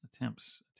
attempts